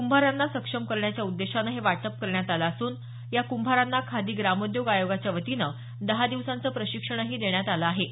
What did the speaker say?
कुंभारांना सक्षम करण्याच्या उद्देशानं हे वाटप करण्यात आलं असून या कुंभारांना खादी ग्रामोद्योग आयोगाच्या वतीनं दहा दिवसांचं प्रशिक्षणही देण्यात आलं आहे